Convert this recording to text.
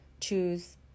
choose